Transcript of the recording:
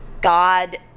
God